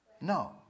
No